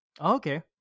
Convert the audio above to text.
Okay